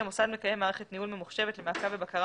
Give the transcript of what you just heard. המוסד מקיים מערכת ניהול ממוחשבת למעקב ובקרה